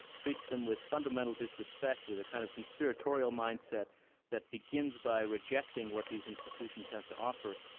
treats them with fundamental disrespect, with a kind of conspiratorial mindset that begins by rejecting what these institutions have to offer.